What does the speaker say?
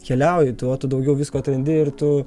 keliauji tuo daugiau visko atrandi ir tu